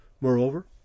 moreover